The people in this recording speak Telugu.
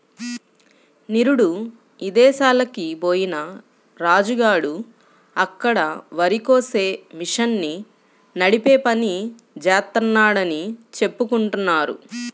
నిరుడు ఇదేశాలకి బొయ్యిన రాజు గాడు అక్కడ వరికోసే మిషన్ని నడిపే పని జేత్తన్నాడని చెప్పుకుంటున్నారు